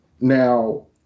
Now